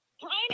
Brian